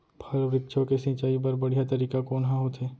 फल, वृक्षों के सिंचाई बर बढ़िया तरीका कोन ह होथे?